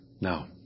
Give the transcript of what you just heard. Now